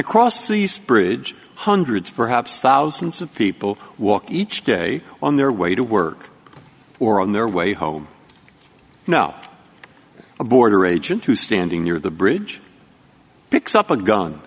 across these bridges hundreds perhaps thousands of people walk each day on their way to work or on their way home now a border agent who standing near the bridge picks up a gun